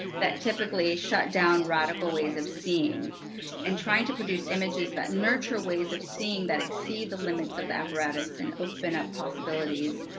that typically shut down radical ways of seeing and trying to produce images, that nurture ways of seeing that exceed the limits of the apparatus and open up possibilities,